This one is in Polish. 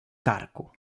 karku